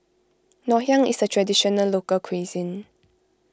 Ngoh Hiang is a Traditional Local Cuisine